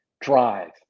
drive